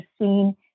seen